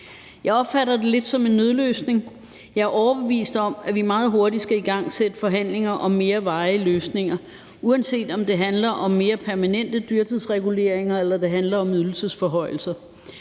Jeg opfatter det lidt som en nødløsning. Jeg er overbevist om, at vi meget hurtigt skal igangsætte forhandlinger om mere varige løsninger, uanset om det handler om mere permanente dyrtidsreguleringer eller det handler om ydelsesforhøjelser.